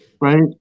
right